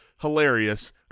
hilarious